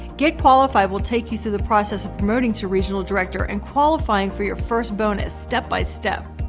get qualified we'll take you through the process of promoting to regional director and qualifying for your first bonus step-by-step.